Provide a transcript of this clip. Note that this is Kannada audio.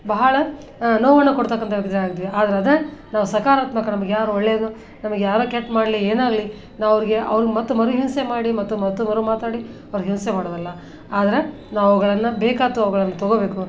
ಬಹಳ ನೋವನ್ನು ಕೊಡ್ತಕ್ಕಂಥ ವ್ಯಕ್ತಿಗಳಾಗಿದ್ವಿ ಆದ್ರೆ ಅದು ನಾವು ಸಕಾರಾತ್ಮಕ ನಮ್ಗೆ ಯಾರು ಒಳ್ಳೇದು ನಮ್ಗೆ ಯಾರು ಕೆಟ್ಟ ಮಾಡಲಿ ಏನೇ ಆಗಲಿ ನಾವು ಅವ್ರಿಗೆ ಅವ್ರು ಮತ್ತು ಮರು ಹಿಂಸೆ ಮಾಡಿ ಮತ್ತು ಮತ್ತು ಮರು ಮಾತಾಡಿ ಅವ್ರು ಹಿಂಸೆ ಮಾಡೋದಲ್ಲ ಆದ್ರೆ ನಾವುಗಳನ್ನು ಬೇಕಾಯ್ತು ಅವುಗಳನ್ನು ತಗೋಬೇಕು